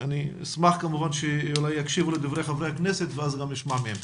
אשמח שיקשיבו לדברי חברי הכנסת ואז גם נשמע מהם.